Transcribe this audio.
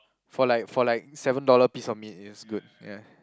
for like for like seven dollar piece of meat it's good ya